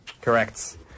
Correct